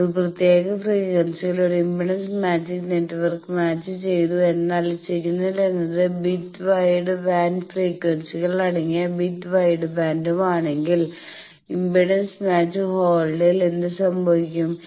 ഒരു പ്രത്യേക ഫ്രീക്വൻസിയിൽ ഒരു ഇംപെഡൻസ് മാച്ചിങ് നെറ്റ്വർക്ക് മാച്ച് ചെയ്തു എന്നാൽ സിഗ്നൽ എന്നത് ബിറ്റ് വൈഡർ ബാൻഡ് ഫ്രീക്വൻസികൾ അടങ്ങിയ ബിറ്റ് വൈഡ് ബാൻഡും ആണെങ്കിൽ ഇംപെഡൻസ് മാച്ച് ഹോൾഡിൽ എന്ത് സംഭവിക്കും